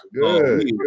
Good